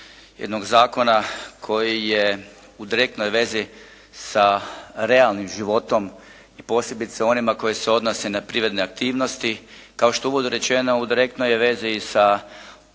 jednog zakona koji je u direktnoj vezi sa realnim životom i posebice onima koji se odnose na privredne aktivnosti. Kao što je u uvodu rečeno u direktnoj je vezi sa dokumentima